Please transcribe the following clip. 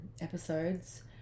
episodes